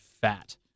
fat